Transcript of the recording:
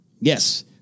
Yes